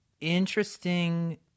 interesting